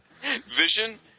Vision